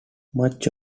much